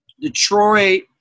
Detroit